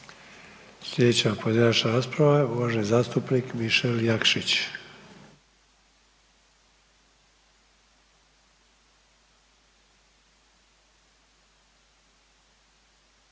Slijedeća pojedinačna rasprava je uvaženi zastupnik Mišel Jakšić.